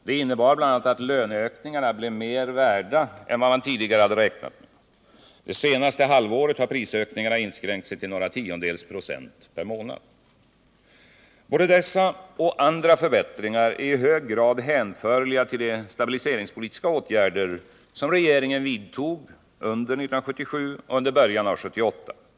Det innebar bl.a. att löneökningarna blev mer värda än vad man tidigare hade räknat med. Det senaste halvåret har prisökningarna inskränkt sig till några tiondels procent per månad. Både dessa och andra förbättringar är i hög grad hänförliga till de stabiliseringspolitiska åtgärder som regeringen vidtog under 1977 och under början av 1978.